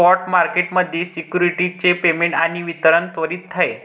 spot market मध्ये securities चे payment आणि वितरण त्वरित आहे